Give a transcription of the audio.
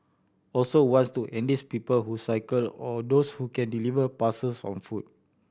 also wants to enlist people who cycle or those who can deliver parcels on foot